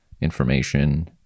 information